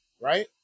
right